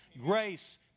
Grace